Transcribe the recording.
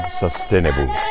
sustainable